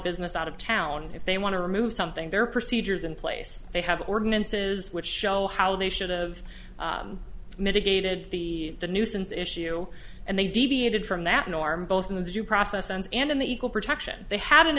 business out of town if they want to remove something there are procedures in place they have ordinances which show how they should've mitigated the the nuisance issue and they deviated from that norm both in the due process and and in the equal protection they had